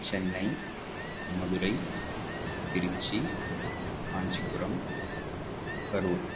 Chennai Madurai Tiruchi Kanchipuram Karur